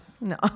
no